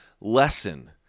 lesson